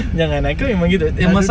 janganlah kau remind kita ni